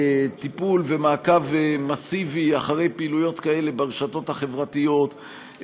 טיפול ומעקב מסיבי אחרי פעילויות כאלה ברשתות החברתיות,